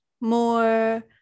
more